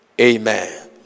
amen